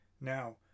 now